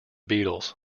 beatles